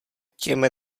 těm